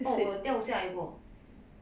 oh 我掉下来过